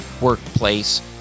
workplace